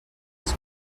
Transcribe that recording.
els